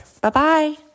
Bye-bye